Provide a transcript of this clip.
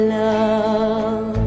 love